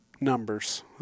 numbers